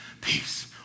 Peace